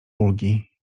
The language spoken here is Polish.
ulgi